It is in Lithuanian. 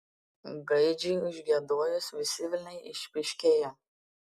gaidžiui užgiedojus visi velniai išpyškėjo